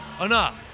enough